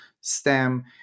STEM